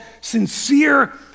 sincere